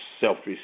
selfish